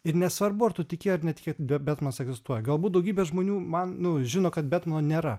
ir nesvarbu ar tu tiki ar netiki betmanas egzistuoja galbūt daugybė žmonių man nu žino kad betmano nėra